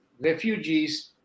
refugees